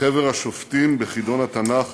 חבר השופטים בחידון התנ"ך